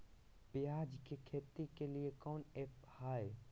प्याज के खेती के लिए कौन ऐप हाय?